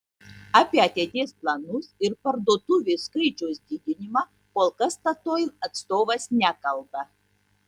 apie ateities planus ir parduotuvių skaičiaus didinimą kol kas statoil atstovas nekalba